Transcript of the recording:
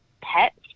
pets